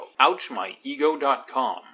OuchMyEgo.com